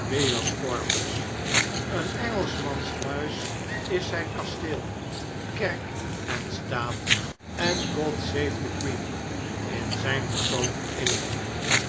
corpus een engelschmans huis in zijn kasteel kerk en staat en god save the queen in zijn persoon vereenigde